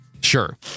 Sure